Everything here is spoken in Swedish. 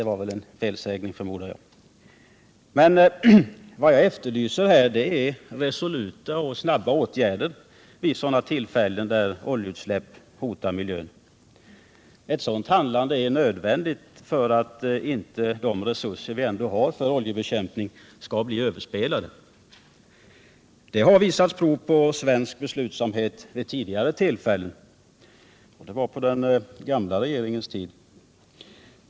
Vad jag efterlyser är resoluta och snabba åtgärder vid sådana tillfällen då oljeutsläpp hotar miljön. Ett sådant handlande är nödvändigt för att inte de resurser vi ändå har för oljebekämpning skall bli överspelade. Det har visats prov på svensk beslutsamhet vid tidigare tillfällen. Det var på den gamla regeringens tid.